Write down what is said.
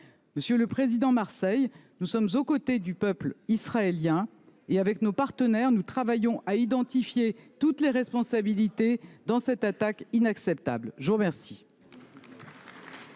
Monsieur le président Marseille, nous sommes aux côtés du peuple israélien et, avec nos partenaires, nous travaillons à identifier toutes les responsabilités dans cette attaque inacceptable. La parole